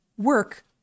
work